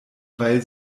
weil